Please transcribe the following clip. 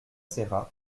serra